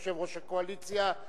יושב-ראש הקואליציה.